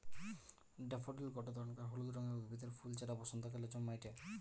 daffodil গটে ধরণকার হলুদ রঙের উদ্ভিদের ফুল যেটা বসন্তকালে জন্মাইটে